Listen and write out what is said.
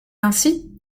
ainsi